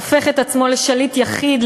הופך את עצמו לשליט יחיד,